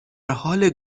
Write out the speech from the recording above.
حال